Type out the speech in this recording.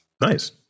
Nice